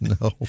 No